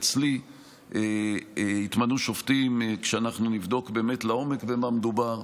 אצלי יתמנו שופטים כשאנחנו נבדוק באמת לעומק במה מדובר.